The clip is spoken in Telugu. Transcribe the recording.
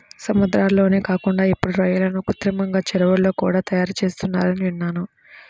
సముద్రాల్లోనే కాకుండా ఇప్పుడు రొయ్యలను కృత్రిమంగా చెరువుల్లో కూడా తయారుచేత్తన్నారని విన్నాను